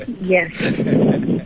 yes